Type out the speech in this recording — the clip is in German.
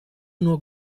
nur